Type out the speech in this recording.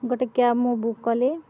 ଗୋଟେ କ୍ୟାବ୍ ମୁଁ ବୁକ୍ କଲି